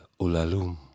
Ulalum